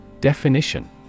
Definition